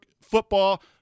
football